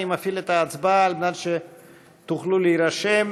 אני מפעיל את ההצבעה כדי שתוכלו להירשם.